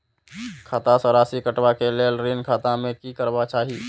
खाता स राशि कटवा कै लेल ऋण खाता में की करवा चाही?